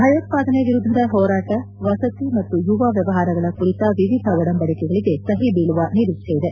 ಭಯೋತ್ಪಾದನೆ ವಿರುದ್ದದ ಹೋರಾಟ ವಸತಿ ಮತ್ತು ಯುವ ವ್ಲವಹಾರಗಳ ಕುರಿತ ವಿವಿಧ ಒಡಂಬಡಿಕೆಗಳಗೆ ಸಹಿಬೀಳುವ ನಿರೀಕ್ಷೆಯಿದೆ